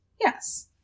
Yes